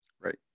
Right